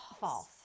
False